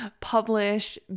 publish